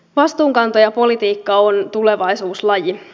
vastuunkantajapolitiikka on tulevaisuuslaji